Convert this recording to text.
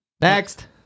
Next